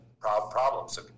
problems